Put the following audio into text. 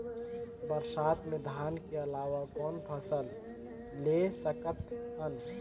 बरसात मे धान के अलावा कौन फसल ले सकत हन?